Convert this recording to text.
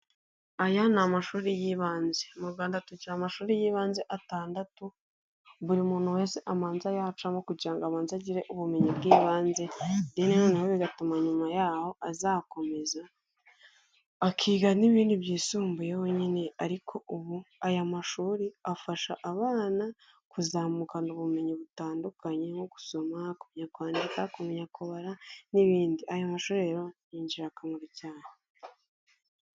Aya ni amashuri y'ibanze, mu Rwanda tugira amashuri y'ibanze atandatu. Buri muntu wese abanza yacamo kugira ngo abanze agire ubumenyi bw'ibanze. Deni noneho bigatuma nyuma yaho azakomeza. Akiga n'ibindi byisumbuyeho nyine ariko ubu aya mashuri afasha abana kuzamukana ubumenyi butandukanye nko gusoma, kujya kwandika, kumenya kubara n'ibindi. Aya mashuri ni ingirakamaro cyane